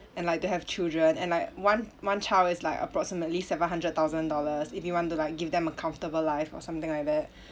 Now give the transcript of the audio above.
and like to have children and like one one child is like approximately seven hundred thousand dollars if you want to like give them a comfortable life or something like that